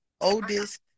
oldest